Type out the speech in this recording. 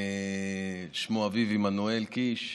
שמו אביב עמנואל קיש.